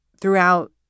throughout